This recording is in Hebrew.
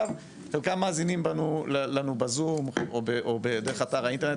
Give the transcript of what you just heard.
חלקם מאזינים לנו בזום או דרך אתר האינטרנט,